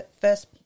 first